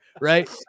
right